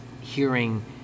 hearing